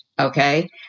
okay